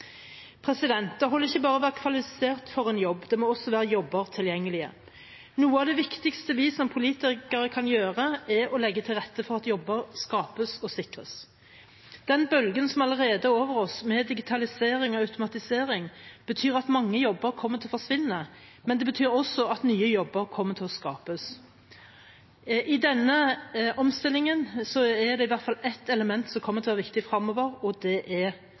Det holder ikke bare å være kvalifisert for en jobb, det må også være jobber tilgjengelig. Noe av det viktigste vi som politikere kan gjøre, er å legge til rette for at jobber skapes og sikres. Den bølgen som allerede er over oss med digitalisering og automatisering, betyr at mange jobber kommer til å forsvinne, men det betyr også at nye jobber kommer til å skapes. I denne omstillingen er det i hvert fall ett element som kommer til å være viktig fremover, og det er